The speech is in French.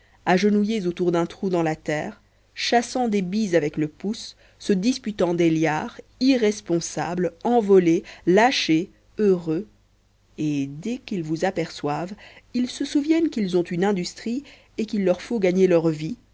agenouillés autour d'un trou dans la terre chassant des billes avec le pouce se disputant des liards irresponsables envolés lâchés heureux et dès qu'ils vous aperçoivent ils se souviennent qu'ils ont une industrie et qu'il leur faut gagner leur vie